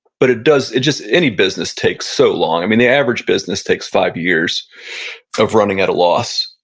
but it does, it just, any business takes so long i mean, the average business takes five years of running at a loss.